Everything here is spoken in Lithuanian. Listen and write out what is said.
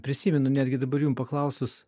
prisimenu netgi dabar jum paklausus